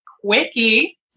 quickie